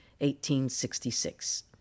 1866